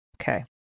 Okay